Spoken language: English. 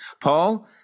Paul